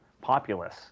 populace